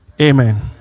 Amen